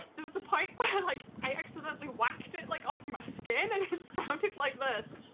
there was a point where yeah like i accidentally whacked it like off my skin and it sounded like this